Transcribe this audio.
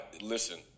Listen